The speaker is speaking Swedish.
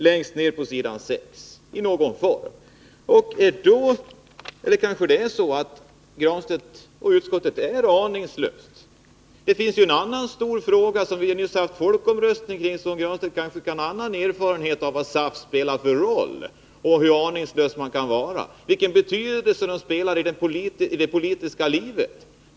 Kanske är det så att herr Granstedt och utskottet är aningslösa. I en annan stor fråga, som vi just haft folkomröstning kring, bör väl Pär Granstedt ha fått erfarenhet av vad SAF spelar för roll. Hur aningslös kan man vara om den roll SAF spelar i hela det politiska livet?